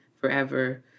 forever